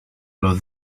los